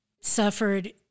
suffered